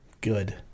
Good